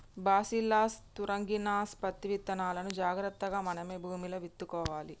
bacillus thuringiensis పత్తి విత్తనాలును జాగ్రత్తగా మనమే భూమిలో విత్తుకోవాలి